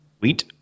Wheat